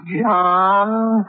John